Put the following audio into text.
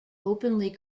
openly